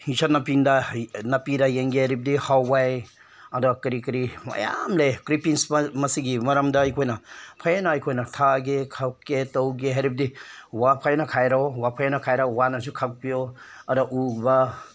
ꯑꯦꯟꯁꯥꯡ ꯅꯥꯄꯤꯗ ꯍꯩ ꯅꯥꯄꯤꯔꯥ ꯌꯦꯡꯒꯦ ꯍꯥꯏꯔꯕꯗꯤ ꯍꯋꯥꯏ ꯑꯗ ꯀꯔꯤ ꯀꯔꯤ ꯃꯌꯥꯝ ꯂꯩ ꯀ꯭ꯔꯤꯄꯤꯡꯁ ꯃꯁꯤꯒꯤ ꯃꯔꯝꯗ ꯑꯩꯈꯣꯏꯅ ꯐꯖꯅ ꯑꯩꯈꯣꯏꯅ ꯊꯥꯒꯦ ꯈꯣꯠꯀꯦ ꯇꯧꯒꯦ ꯍꯥꯏꯔꯕꯗꯤ ꯋꯥ ꯐꯖꯅ ꯈꯥꯏꯔꯦ ꯋꯥ ꯐꯖꯅ ꯈꯥꯏꯔꯒ ꯋꯥꯅꯁꯨ ꯈꯥꯕꯤꯌꯣ ꯑꯗ ꯎ ꯋꯥ